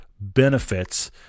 benefits